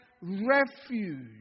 refuge